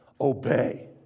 obey